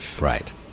Right